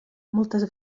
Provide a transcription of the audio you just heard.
moltes